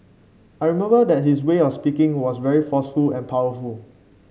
I remember that his way of speaking was very forceful and powerful